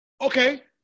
Okay